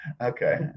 Okay